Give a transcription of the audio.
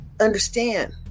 understand